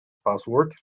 password